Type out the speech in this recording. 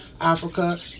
Africa